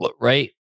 Right